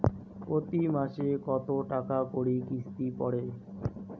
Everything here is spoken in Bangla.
প্রতি মাসে কতো টাকা করি কিস্তি পরে?